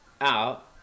Out